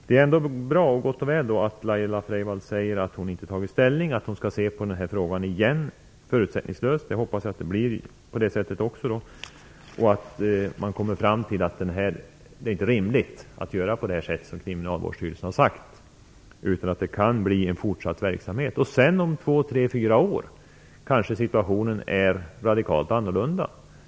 Det är gott och väl att Laila Freivalds ändå säger att hon inte har tagit ställning och att hon förutsättningslös skall titta på frågan igen. Jag hoppas att så sker och att man kommer fram till att det inte är rimligt att handla i enlighet med vad Kriminalvårdsstyrelsen har sagt, utan att det kan bli fortsatt verksamhet. Om två, tre eller fyra år är situationen, som sagt, kanske radikalt annorlunda.